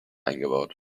eingebaut